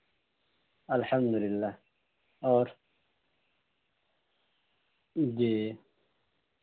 الحمد للہ اور جی